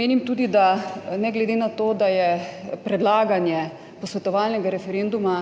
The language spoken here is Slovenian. Menim tudi, da ne glede na to, da je predlaganje posvetovalnega referenduma